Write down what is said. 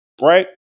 right